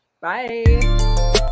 Bye